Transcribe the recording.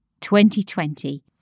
2020